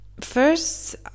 first